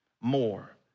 more